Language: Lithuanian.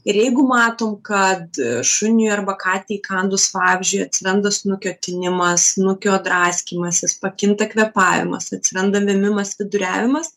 ir jeigu matom kad šuniui arba katei įkandus vabzdžiui atsiranda snukio tinimas snukio draskymasis pakinta kvėpavimas atsiranda vėmimas viduriavimas